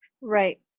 right